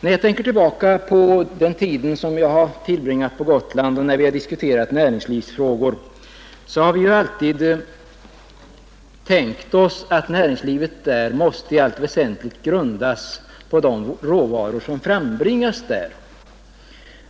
När jag tänker tillbaka på tiden jag arbetat med Gotlandsfrågorna och våra diskussioner om näringslivets problem så finner jag att det alltid stått klart att näringslivet där i allt väsentligt måste grundas på de råvaror som frambringas där.